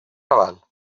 raval